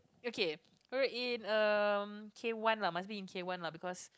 okay alright in um K one lah must be in K one lah because